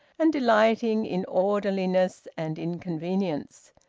and delighting in orderliness and in convenience.